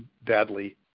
badly